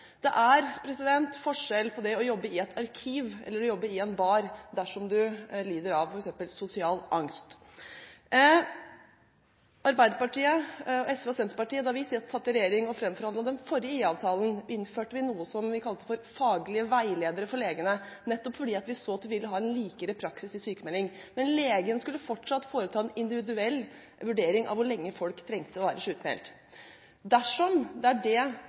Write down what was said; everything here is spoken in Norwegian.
Det er forskjell på det å jobbe i et arkiv og det å jobbe i en bar dersom man lider av f.eks. sosial angst. Da Arbeiderpartiet, SV og Senterpartiet satt i regjering og framforhandlet den forrige IA-avtalen, innførte vi noe som vi kalte «Faglig veiledere for sykemeldere», nettopp fordi vi så at de ville ha en mer lik praksis for sykmelding. Legen skulle fortsatt foreta en individuell vurdering av hvor lenge folk trengte å være sykmeldt. Dersom statsråd Eriksson er enig i det og det er det